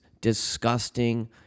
disgusting